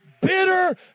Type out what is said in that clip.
bitter